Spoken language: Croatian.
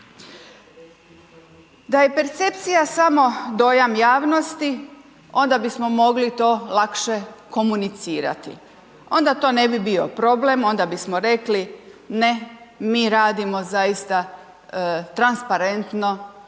Da je percepcija samo dojam javnosti, onda bismo mogli to lakše komunicirati, onda to ne bi bio problem, onda bismo rekli ne, mi radimo zaista transparentno,